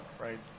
right